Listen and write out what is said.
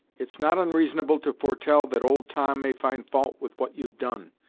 it's not onreasonable to foretell that old tom may find fault with what you've done,